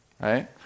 right